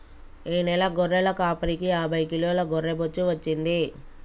ఈ నెల గొర్రెల కాపరికి యాభై కిలోల గొర్రె బొచ్చు వచ్చింది